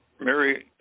Mary